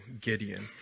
Gideon